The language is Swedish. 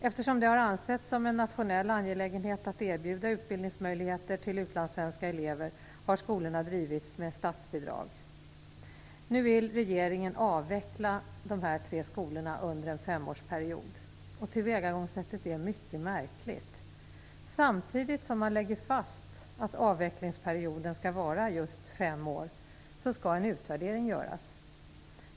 Eftersom det har ansetts som en nationell angelägenhet att erbjuda utbildningsmöjligheter till utlandssvenska elever har skolorna drivits med statsbidrag. Nu vill regeringen avveckla dessa tre skolor under en femårsperiod. Tillvägagångssättet är mycket märkligt. Samtidigt som man lägger fast att avvecklingsperioden skall vara just fem år skall en utvärdering göras.